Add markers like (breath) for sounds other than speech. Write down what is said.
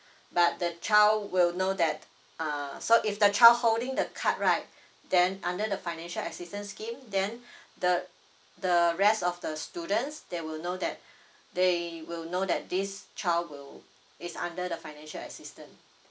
but the child will know that err so if the child holding the card right then under the financial assistance scheme then (breath) the the rest of the students they will know that they will know that this child will is under the financial assistance